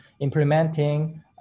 implementing